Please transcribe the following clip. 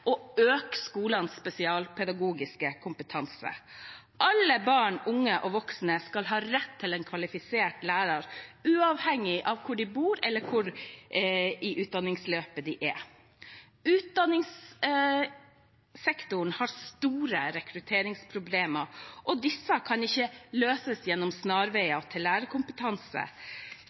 og øke skolens spesialpedagogiske kompetanse. Alle barn, unge og voksne skal ha rett til en kvalifisert lærer, uavhengig av hvor de bor, eller hvor i utdanningsløpet de er. Utdanningssektoren har store rekrutteringsproblemer, og disse kan ikke løses gjennom snarveier til lærerkompetanse.